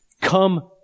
Come